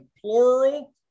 plural